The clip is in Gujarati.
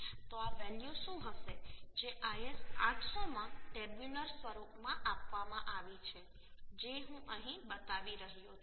તો આ વેલ્યુ શું હશે જે IS 800 માં ટેબ્યુલર સ્વરૂપમાં આપવામાં આવી છે જે હું અહીં બતાવી રહ્યો છું